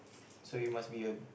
so you must be a